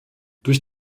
durch